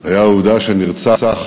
היה העובדה שנרצח